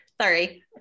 Sorry